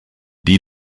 die